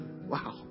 Wow